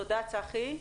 תודה צחי.